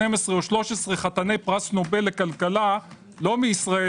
או 13 חתני פרס נובל לכלכלה לא מישראל,